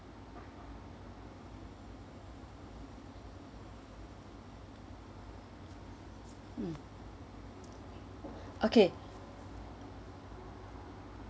mm okay